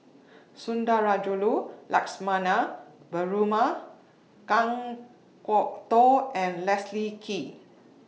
Sundarajulu Lakshmana Perumal Kan Kwok Toh and Leslie Kee